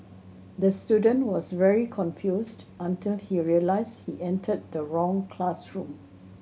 the student was very confused until he realised he entered the wrong classroom